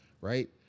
right